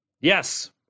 Yes